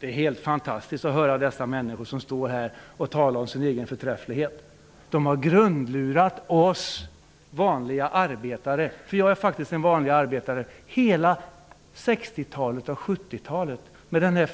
Det är helt fantastiskt att höra dessa människor som står här och talar om sin egen förträfflighet. De har grundlurat oss vanliga arbetare -- jag är faktiskt en vanlig arbetare -- hela 60-talet och 70-talet med det